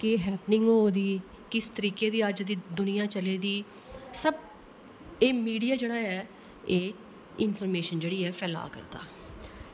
केह् हैप्पनिंग हो दी किस तरीके दी अज दी दुनिया चले दी सब एह् मीडिया जेह्ड़ा ऐ एह् इंफर्मेजाशन जेह्ड़ी ऐ फैला करदा